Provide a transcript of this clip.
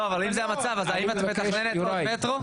אם זה המצב, האם את מתכננת עוד מטרו?